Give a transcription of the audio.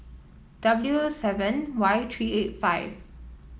W seven Y three eight five